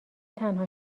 تنها